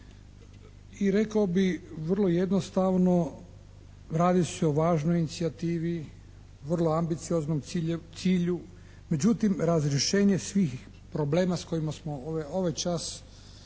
I rekao bih vrlo jednostavno radi se o važnoj inicijativi, vrlo ambicioznom cilju, međutim razrješenje svih problema s kojima smo ovaj čas u vezi